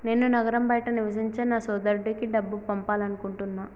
నేను నగరం బయట నివసించే నా సోదరుడికి డబ్బు పంపాలనుకుంటున్నా